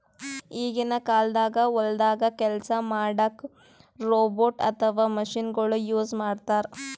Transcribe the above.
ಈಗಿನ ಕಾಲ್ದಾಗ ಹೊಲ್ದಾಗ ಕೆಲ್ಸ್ ಮಾಡಕ್ಕ್ ರೋಬೋಟ್ ಅಥವಾ ಮಷಿನಗೊಳು ಯೂಸ್ ಮಾಡ್ತಾರ್